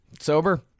sober